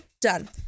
done